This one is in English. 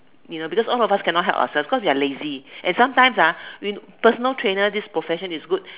you know because all of us cannot help ourselves because we are lazy and sometimes ah we personal trainer this profession is good